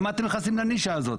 למה אתם נכנסים לנישה הזאת?